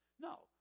No